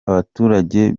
abaturage